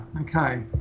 okay